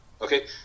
Okay